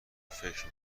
فکر